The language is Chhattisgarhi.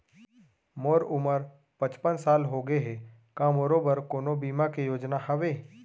मोर उमर पचपन साल होगे हे, का मोरो बर कोनो बीमा के योजना हावे?